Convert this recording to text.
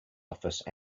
office